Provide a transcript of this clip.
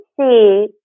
see